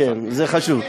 כן, זה חשוב.